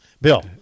Bill